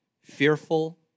fearful